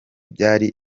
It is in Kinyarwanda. byari